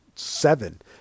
seven